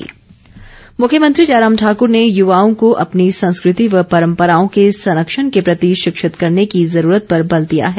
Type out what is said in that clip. मुख्यमंत्री मुख्यमंत्री जयराम ठाकूर ने युवाओं को अपनी संस्कृति व परम्पराओं के संरक्षण के प्रति शिक्षित करने की ज़रूरत पर बल दिया है